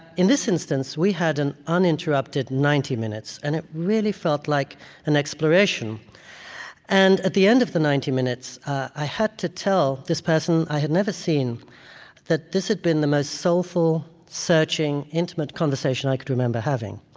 in this instance, we had an uninterrupted ninety minutes, and it really felt like an exploration and at the end of the ninety minutes, i had to tell this person i had never seen that this had been the most soulful, searching, intimate conversation i could remember having.